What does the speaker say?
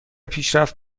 پیشرفت